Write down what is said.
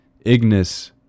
Ignis